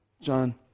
John